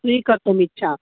स्वीकर्तुम् इच्छा